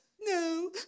No